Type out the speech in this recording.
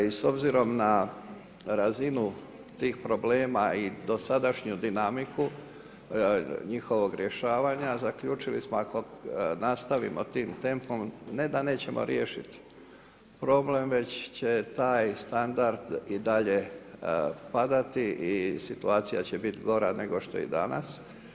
I s obzirom na razinu tih problema i dosadašnju dinamiku njihovog rješavanja, zaključili smo, ako nastavimo tim tempom, ne da nećemo riješiti problem, već će taj standard i dalje padati i situacija će biti gora nego što i danas.